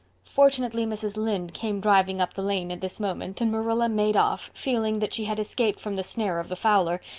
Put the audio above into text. fortunately mrs. lynde came driving up the lane at this moment and marilla made off, feeling that she had escaped from the snare of the fowler,